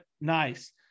nice